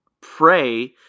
pray